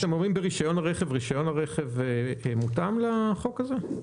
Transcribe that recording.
רישיון הרכב מותאם לחוק הזה?